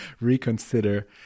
reconsider